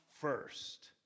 first